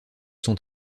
sont